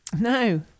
No